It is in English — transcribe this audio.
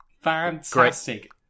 Fantastic